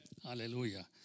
Hallelujah